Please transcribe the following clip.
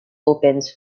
opens